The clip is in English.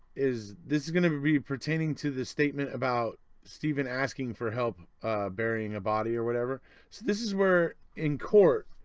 this is going to be pertaining to the statement about steven asking for help burying a body or whatever so this is where, in court,